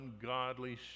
ungodly